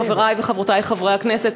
חברי וחברותי חברי הכנסת,